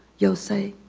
you'll say.